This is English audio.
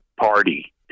party